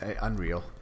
unreal